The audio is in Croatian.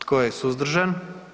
Tko je suzdržan?